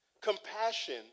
Compassion